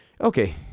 Okay